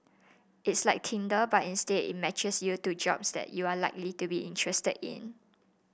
it's like Tinder but instead it matches you to jobs that you are likely to be interested in